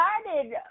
started